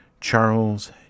Charles